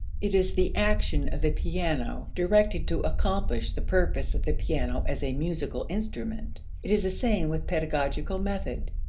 it is the action of the piano directed to accomplish the purpose of the piano as a musical instrument. it is the same with pedagogical method.